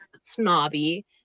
snobby